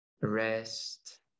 rest